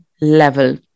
level